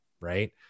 right